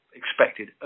expected